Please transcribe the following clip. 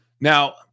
Now